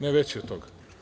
Ne veći od toga.